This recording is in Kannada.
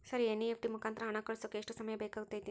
ಸರ್ ಎನ್.ಇ.ಎಫ್.ಟಿ ಮುಖಾಂತರ ಹಣ ಕಳಿಸೋಕೆ ಎಷ್ಟು ಸಮಯ ಬೇಕಾಗುತೈತಿ?